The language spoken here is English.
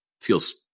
feels